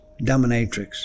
Dominatrix